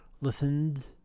listened